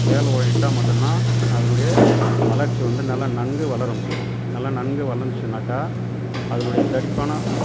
மேல் உரம் இட்டால் மட்டும்தான் அதனுடைய வளர்ச்சி வந்து நல்லா நன்கு வளரணும் நல்லா நன்கு வளந்துச்சுன்னாக்கா அதனுடைய தடிப்பான